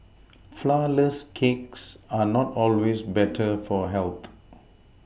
flourless cakes are not always better for health